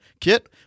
Kit